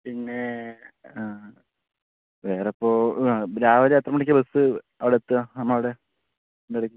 പിന്നേ വേറെ ഇപ്പോൾ ആ രാവിലെ എത്രമണിക്കാണ് ബസ് അവിടെ എത്തുക നമ്മടെവിടെ ഇതിൻ്റെ ഇടയ്ക്ക്